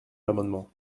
l’amendement